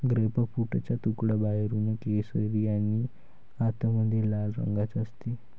ग्रेपफ्रूटचा तुकडा बाहेरून केशरी आणि आतमध्ये लाल रंगाचा असते